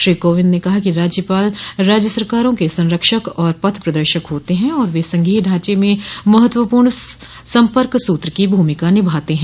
श्री कोविंद ने कहा कि राज्यपाल राज्य सरकारों के संरक्षक और पथ प्रदर्शक होते हैं और वे संघीय ढांचे में महत्वपूर्ण सम्पर्क सूत्र की भूमिका निभाते हैं